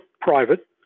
private